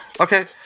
Okay